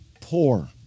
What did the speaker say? poor